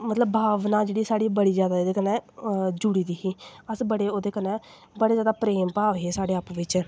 मतलब भावनां जेह्ड़ी बड़ी जैदा एह्दे कन्नै जुड़ी दी ही अस बड़े जैदा ओह्दे कन्नै बड़े जैदा प्रेम भाव हे अप्पूं बिच्चे